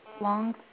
long